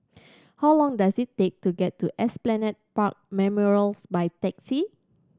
how long does it take to get to Esplanade Park Memorials by taxi